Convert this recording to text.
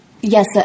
Yes